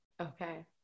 okay